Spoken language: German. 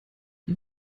die